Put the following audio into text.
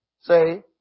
Say